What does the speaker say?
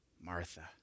Martha